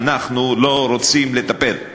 אנחנו לא רוצים לטפל,